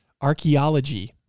archaeology